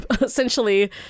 essentially